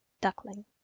duckling